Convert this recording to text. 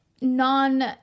non